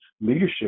leadership